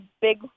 big